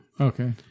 Okay